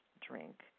drink